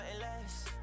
less